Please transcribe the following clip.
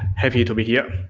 happy to be here